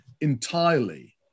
entirely